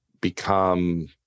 become